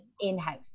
in-house